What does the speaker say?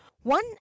one